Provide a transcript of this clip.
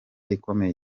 ikomeye